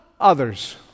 others